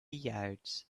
yards